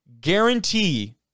guarantee